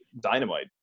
dynamite